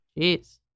Jeez